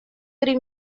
три